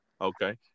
Okay